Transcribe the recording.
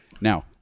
Now